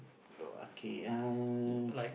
oh okay uh